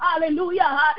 Hallelujah